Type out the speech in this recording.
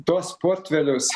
tuos portfelius